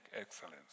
excellence